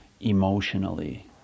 emotionally